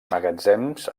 magatzems